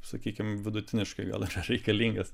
sakykim vidutiniškai gal reikalingas